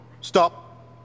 Stop